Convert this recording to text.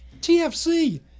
TFC